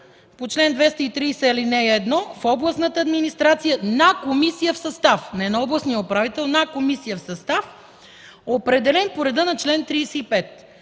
по чл. 230, ал. 1 в областната администрация на комисия в състав – не на областния управител – а на комисия в състав, определен по реда на чл. 35.